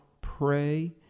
pray